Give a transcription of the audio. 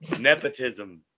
Nepotism